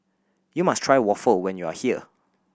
you must try waffle when you are here